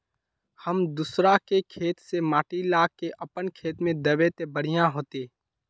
हम दूसरा के खेत से माटी ला के अपन खेत में दबे ते बढ़िया होते?